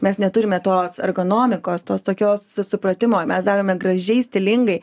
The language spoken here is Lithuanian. mes neturime tos ergonomikos tos tokios supratimo mes darome gražiai stilingai